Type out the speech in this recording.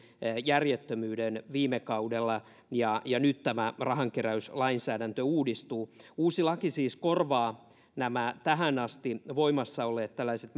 järjettömyyden viime kaudella ja ja nyt tämä rahankeräyslainsäädäntö uudistuu uusi laki siis korvaa nämä tähän asti voimassa olleet tällaiset